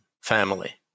family